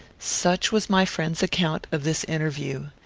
such was my friend's account of this interview.